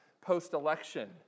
post-election